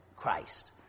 Christ